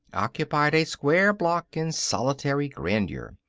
occupied a square block in solitary grandeur,